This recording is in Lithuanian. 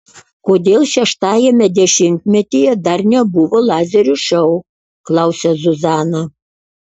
kodėl šeštajame dešimtmetyje dar nebuvo lazerių šou klausia zuzana